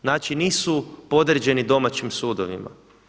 Znači, nisu podređeni domaćim sudovima.